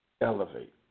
elevate